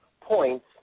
points